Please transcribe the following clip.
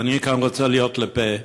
ואני כאן רוצה להיות לפה